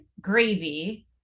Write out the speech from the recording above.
gravy